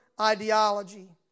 ideology